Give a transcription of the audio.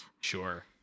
Sure